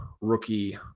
rookie